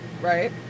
Right